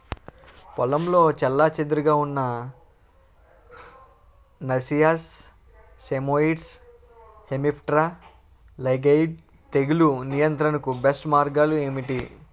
పొలంలో చెల్లాచెదురుగా ఉన్న నైసియస్ సైమోయిడ్స్ హెమిప్టెరా లైగేయిడే తెగులు నియంత్రణకు బెస్ట్ మార్గాలు ఏమిటి?